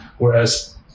Whereas